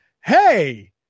hey